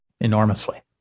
enormously